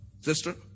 sister